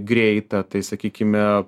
greitą tai sakykime